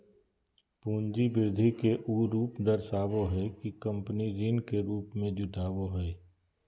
पूंजी वृद्धि के उ रूप दर्शाबो हइ कि कंपनी ऋण के रूप में जुटाबो हइ